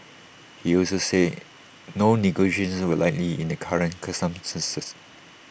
he also said no negotiations were likely in the current circumstances